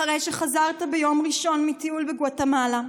אחרי שחזרת ביום ראשון מטיול בגואטמלה.